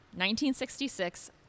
1966